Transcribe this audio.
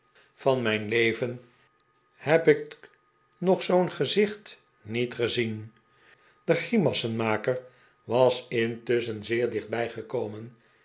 van mijn leven heb ik nog zoo'n gezicht niet gezien de grimassenmaker was intusschen zeer dichtbij gekomen